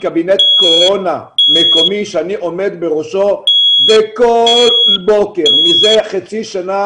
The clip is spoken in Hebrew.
קבינט קורונה מקומי שאני עומד בראשו וכל בוקר מזה חצי שנה